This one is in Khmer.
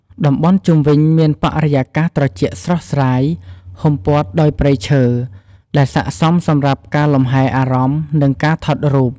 តំបន់ជុំវិញមានបរិយាកាសត្រជាក់ស្រស់ស្រាយ ហ៊ុំព័ទ្ធដោយព្រៃឈើ ដែលស័ក្តិសមសម្រាប់ការលំហែអារម្មណ៍ និងការថតរូប។